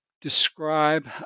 describe